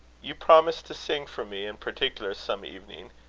you promised to sing, for me in particular, some evening.